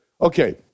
Okay